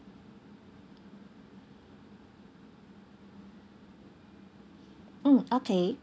mm okay